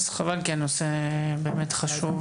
חבל, כי הנושא באמת חשוב.